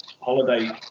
holiday